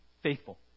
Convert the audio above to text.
faithful